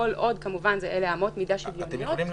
כל עוד אלה אמות מידה שוויוניות,